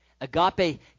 Agape